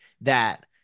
that-